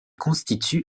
constitue